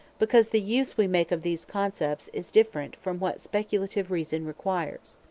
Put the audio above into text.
because the use we make of these concepts is different from what speculative reason requires.